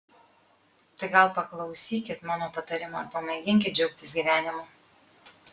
tai gal paklausykit mano patarimo ir pamėginkit džiaugtis gyvenimu